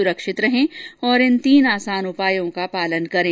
सुरक्षित रहें और इन तीन आसान उपायों का पालन करें